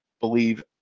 believe